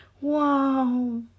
wow